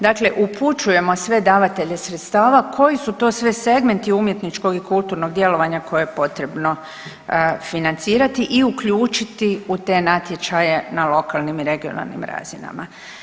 Dakle upućujemo sve davatelje sredstava koji su to sve segmenti umjetničkog i kulturnog djelovanja koje je potrebno financirati i uključiti u te natječaje na lokalnim i regionalnim razinama.